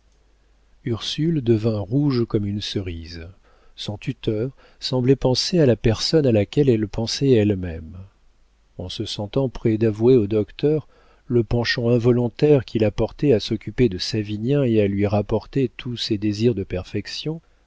ursule devint rouge comme une cerise son tuteur semblait penser à la personne à laquelle elle pensait elle-même en se sentant près d'avouer au docteur le penchant involontaire qui la portait à s'occuper de savinien et à lui rapporter tous ses désirs de perfection